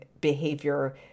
behavior